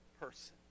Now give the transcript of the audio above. person